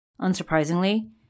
Unsurprisingly